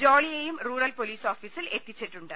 ജോളിയേയും rural police ഓഫിസിൽ എത്തിച്ചിട്ടുണ്ട്